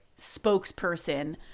spokesperson